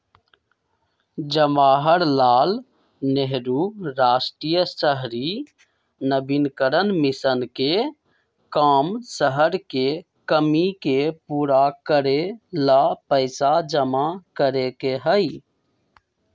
जवाहर लाल नेहरू राष्ट्रीय शहरी नवीकरण मिशन के काम शहर के कमी के पूरा करे ला पैसा जमा करे के हई